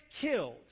killed